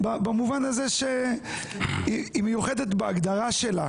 מיוחדת במובן הזה שהיא מיוחדת בהגדרה שלה